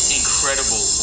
incredible